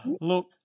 Look